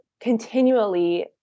continually